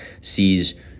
sees